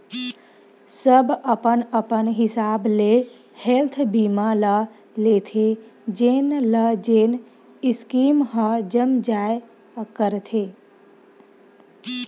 सब अपन अपन हिसाब ले हेल्थ बीमा ल लेथे जेन ल जेन स्कीम ह जम जाय करथे